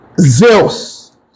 zeus